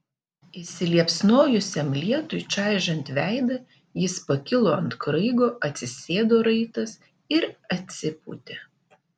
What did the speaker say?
įsiliepsnojusiam lietui čaižant veidą jis pakilo ant kraigo atsisėdo raitas ir atsipūtė